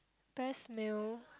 best meal